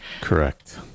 Correct